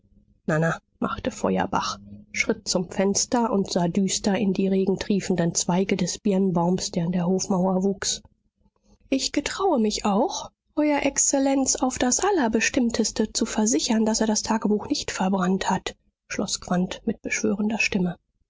machte feuerbach schritt zum fenster und sah düster in die regentriefenden zweige des birnbaums der an der hofmauer wuchs ich getraue mich auch euer exzellenz auf das allerbestimmteste zu versichern daß er das tagebuch nicht verbrannt hat schloß quandt mit beschwörender stimme